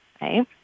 right